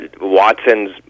Watson's